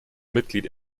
mitglied